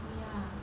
oh ya